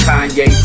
Kanye